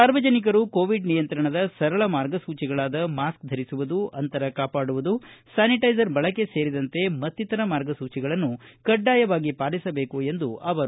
ಸಾರ್ವಜನಿಕರು ಕೋವಿಡ್ ನಿಯಂತ್ರಣದ ಸರಳ ಮಾರ್ಗಸೂಚಿಗಳಾದ ಮಾಸ್ಕ್ ಧರಿಸುವುದು ಅಂತರ ಕಾಪಾಡುವುದು ಸ್ನಾನಿಟ್ಸೆಸರ್ ಬಳಕೆ ಸೇರಿದಂತೆ ಮತ್ತಿತರ ಮಾರ್ಗಸೂಚಿಗಳನ್ನು ಕಡ್ಡಾಯವಾಗಿ ಪಾಲಿಸಬೇಕು ಎಂದರು